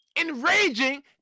enraging